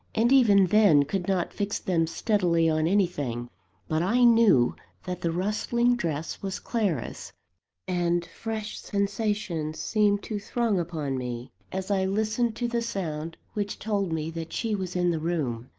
and even then, could not fix them steadily on anything but i knew that the rustling dress was clara's and fresh sensations seemed to throng upon me, as i listened to the sound which told me that she was in the room.